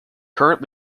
current